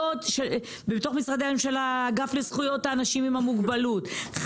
בתוך משרדי הממשלה האגף לזכויות האנשים עם המוגבלות,